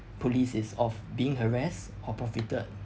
police is of being harassed or profited